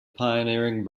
pioneering